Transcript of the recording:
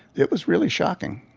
it was really shocking.